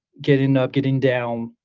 getting up, getting down,